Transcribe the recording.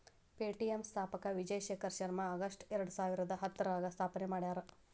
Paytm ಸ್ಥಾಪಕ Vijay Shekhar Sharma August ಎರಡಸಾವಿರದ ಹತ್ತರಾಗ ಸ್ಥಾಪನೆ ಮಾಡ್ಯಾರ